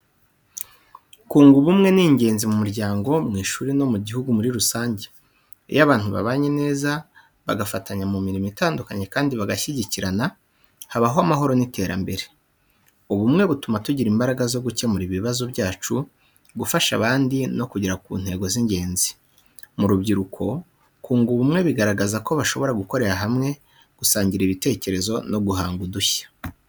Kunga ubumwe ni ingenzi mu muryango, mu ishuri no mu gihugu muri rusange. Iyo abantu babanye neza, bagafatanya mu mirimo itandukanye kandi bagashyigikirana, habaho amahoro n’iterambere. Ubumwe butuma tugira imbaraga zo gukemura ibibazo byacu, gufasha abandi no kugera ku ntego z’ingenzi. Mu rubyiruko, kunga ubumwe bigaragaza ko bashobora gukorera hamwe, gusangira ibitekerezo no guhanga udushya.